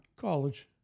College